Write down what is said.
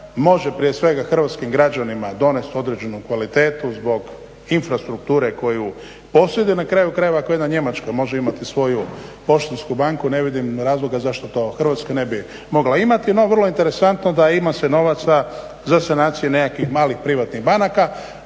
može prije svega hrvatskim građanima donesti određenu kvalitetu zbog infrastrukture koju posjeduje na kraju krajeva ako jedna Njemačka može imati svoju poštansku banku ne vidim razloga zašto to ne bi Hrvatska mogla imati. No vrlo je interesantno da se ima novaca za sanacije nekakvih malih privatnih banaka,